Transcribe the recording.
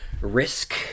risk